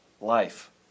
life